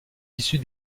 issue